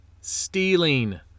Stealing